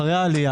לאחר העלייה,